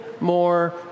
more